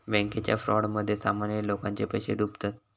बॅन्केच्या फ्रॉडमध्ये सामान्य लोकांचे पैशे डुबतत